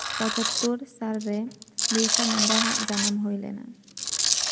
ᱯᱚᱪᱟᱛᱛᱚᱨ ᱥᱟᱞᱨᱮ ᱵᱤᱨᱥᱟ ᱢᱩᱱᱰᱟᱣᱟᱜ ᱡᱟᱱᱟᱢ ᱦᱩᱭ ᱞᱮᱱᱟ